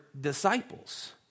disciples